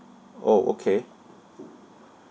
orh okay